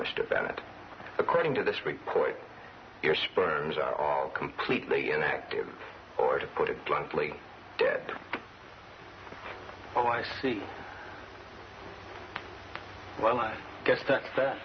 mr bennett according to this report your sperms are all completely ineffective or to put it bluntly dead oh i see well i guess that